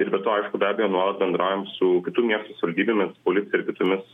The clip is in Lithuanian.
ir be to aišku be abejo nuolat bendraujam su kitų miestų savaldybėmis policija ir kitomis